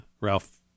Ralph